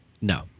No